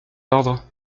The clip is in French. ordre